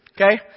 Okay